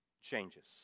changes